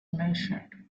measured